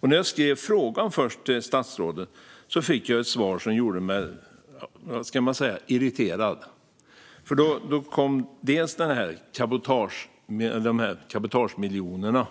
När jag först skrev en fråga till statsrådet fick jag ett svar som gjorde mig irriterad. Ni svarade med cabotagemiljonerna.